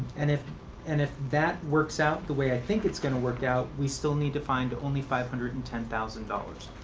and and if that works out the way i think it's going to work out, we still need to find only five hundred and ten thousand dollars.